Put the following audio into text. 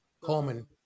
Coleman